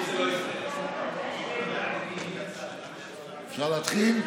אפשר להתחיל?